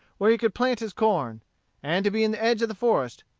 where he could plant his corn and to be in the edge of the forest,